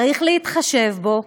צריך להתחשב בו.